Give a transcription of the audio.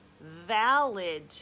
valid